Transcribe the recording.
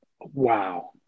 Wow